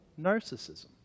narcissism